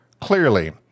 clearly